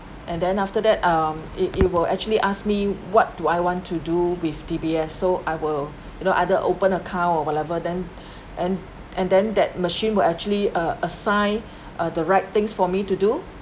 and then after that um it it will actually ask me what do I want to do with D_B_S_ so I will you know either open account or whatever then then and then that machine will actually uh assign uh the right things for me to do